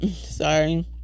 sorry